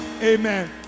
Amen